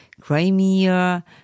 Crimea